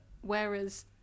whereas